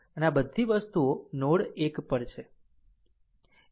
આમ આ બધી વસ્તુઓ નોડ 1 પર છે